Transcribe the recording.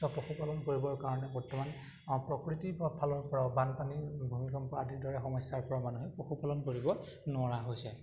পশুপালন কৰিবৰ কাৰণে বৰ্তমান আ প্ৰকৃতিৰ ফালৰ পৰাও বানপানী ভূমিকম্প আদিৰ দৰে সমস্যাৰ পৰা মানুহে পশুপালন কৰিব নোৱাৰা হৈছে